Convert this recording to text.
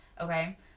Okay